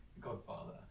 godfather